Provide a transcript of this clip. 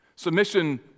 Submission